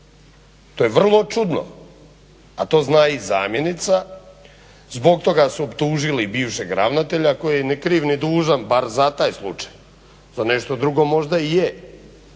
To je vrlo čudno. A to zna i zamjenica. Zbog toga su optužili bivšeg ravnatelja koji ni kriv ni dužan bar za taj slučaj, za nešto drugo možda i je.